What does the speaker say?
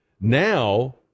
now